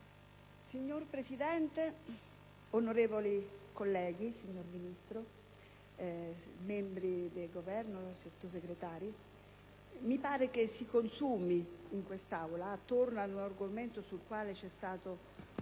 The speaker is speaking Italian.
Signor Presidente, onorevoli colleghi, signora Ministro, membri del Governo, mi pare che si consumi in quest'Aula, attorno ad un argomento sul quale c'è stato